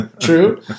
true